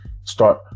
start